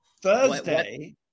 Thursday